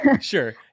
Sure